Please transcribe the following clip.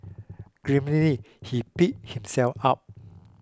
grimly he picked himself up